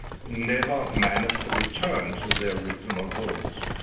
never managed to return to their original homes.